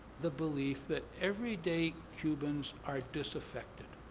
the belief that everyday cubans are disaffected.